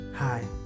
Hi